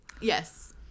Yes